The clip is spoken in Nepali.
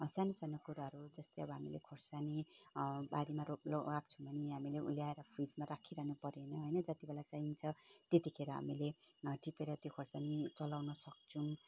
सानो सानो कुराहरू जस्तै अब हामीले खोर्सानी बारीमा रोप लगाएको छौँ भने हामीले ल्याएर फ्रिजमा ल्याउनु परेन होइन जति बेला चाहिन्छ त्यतिखेर हामीले टिपेर त्यो खोर्सानी चलाउन सक्छौँ